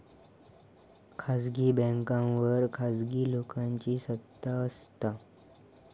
खासगी बॅन्कांवर खासगी लोकांची सत्ता असता